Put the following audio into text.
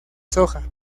soja